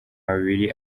babiri